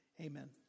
Amen